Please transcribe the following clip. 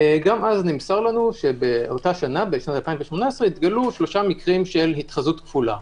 גם אז נמסר לנו שב-2018 התגלו שלושה מקרים של התחזות כפולה.